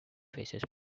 faces